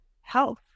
health